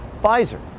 Pfizer